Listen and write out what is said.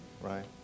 right